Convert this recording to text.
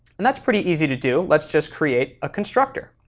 and that's pretty easy to do. let's just create a constructor.